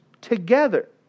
together